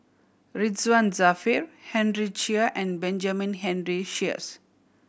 Ridzwan Dzafir Henry Chia and Benjamin Henry Sheares